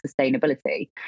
sustainability